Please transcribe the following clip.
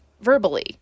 verbally